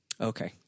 Okay